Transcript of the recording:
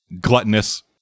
gluttonous